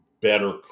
better